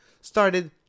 started